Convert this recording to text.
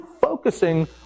focusing